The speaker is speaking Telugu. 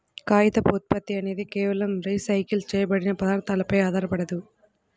కాగితపు ఉత్పత్తి అనేది కేవలం రీసైకిల్ చేయబడిన పదార్థాలపై ఆధారపడదు